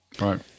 Right